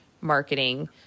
marketing